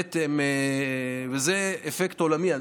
וזה אפקט עולמי.